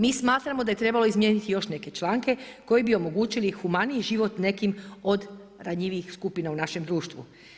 Mi smatramo da je trebalo izmijeniti još neke članke, koji bi omogućili humaniji život nekim od ranjivijih skupina u našem društvu.